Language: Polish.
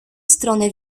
stronę